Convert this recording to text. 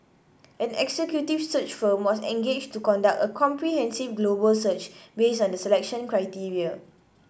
an executive search firm was engaged to conduct a comprehensive global search based on the selection criteria